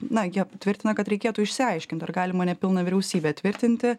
na jie tvirtina kad reikėtų išsiaiškint ar galima nepilną vyriausybę tvirtinti